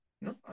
No